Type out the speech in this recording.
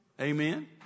Amen